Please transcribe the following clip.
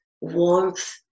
warmth